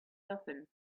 nothing